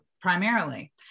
primarily